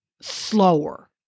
slower